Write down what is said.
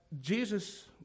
Jesus